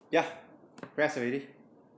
ya press already